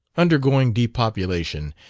undergoing depopulation,